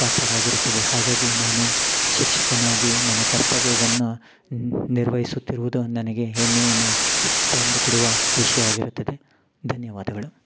ಪಾತ್ರವಾಗಿರುತ್ತದೆ ಹಾಗಾಗಿ ನಾನು ಶಿಕ್ಷಕನಾಗಿ ನನ್ನ ಕರ್ತವ್ಯವನ್ನ ನಿರ್ವಹಿಸುತ್ತಿರುವುದು ನನಗೆ ಹೆಮ್ಮೆಯನ್ನ ತಂದುಕೊಡುವ ವಿಷಯವಾಗಿರುತ್ತದೆ ಧನ್ಯವಾದಗಳು